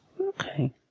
Okay